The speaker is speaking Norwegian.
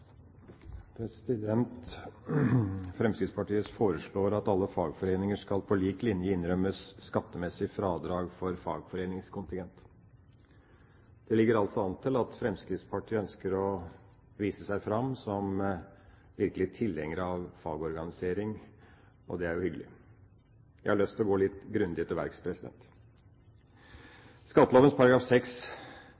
foreslår at alle fagforeninger skal, på lik linje, innrømmes skattemessig fradrag for fagforeningskontingent. Det ligger an til at Fremskrittspartiet ønsker å vise seg fram som en virkelig tilhenger av fagorganisering, og det er jo hyggelig. Jeg har lyst til å gå grundig til verks.